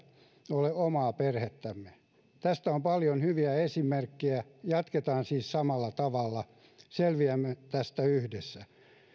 ole omaa perhettämme tästä on paljon hyviä esimerkkejä jatketaan siis samalla tavalla selviämme tästä yhdessä